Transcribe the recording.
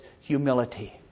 humility